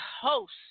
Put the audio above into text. host